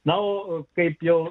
na o kaip jau